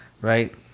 Right